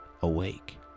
awake